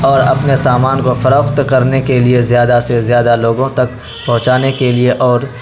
اور اپنے سامان کو فروخت کرنے کے لیے زیادہ سے زیادہ لوگوں تک پہنچانے کے لیے اور